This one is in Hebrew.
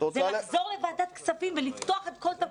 זה לחזור לוועדת כספים ולפתוח את כל התקציב.